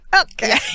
Okay